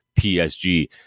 psg